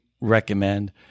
recommend